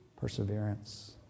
perseverance